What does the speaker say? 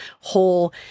whole